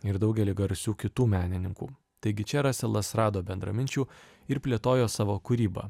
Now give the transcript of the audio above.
ir daugelį garsių kitų menininkų taigi čia raselas rado bendraminčių ir plėtojo savo kūrybą